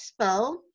expo